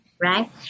right